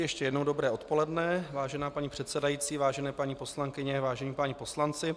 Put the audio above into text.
Ještě jednou dobré odpoledne, vážená paní předsedající, vážené paní poslankyně, vážení páni poslanci.